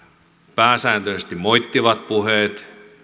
pääsääntöisesti moittivat puheet